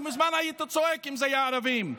מזמן היית צועק אם אלה היו ערבים.